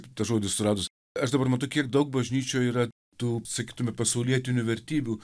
tą žodį suradus aš dabar matau kiek daug bažnyčioj yra tų sakytume pasaulietinių vertybių